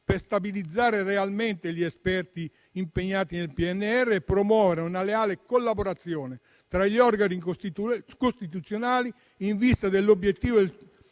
per stabilizzare realmente gli esperti impegnati nel PNRR e di promuovere una leale collaborazione tra gli organi costituzionali in vista dell'obiettivo